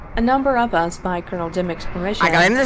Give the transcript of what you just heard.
a number of us by colonel dimick's permission,